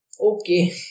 okay